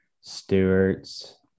Stewart's